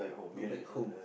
go back home